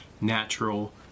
natural